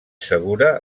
segura